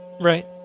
Right